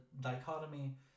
dichotomy